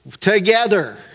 together